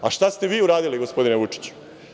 A šta ste vi uradili, gospodine Vučiću?